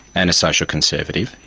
and a social conservative.